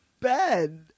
Ben